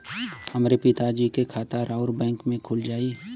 हमरे पिता जी के खाता राउर बैंक में खुल जाई?